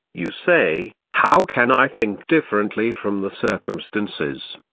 you say, how can i think differently from the circumstances?